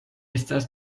estas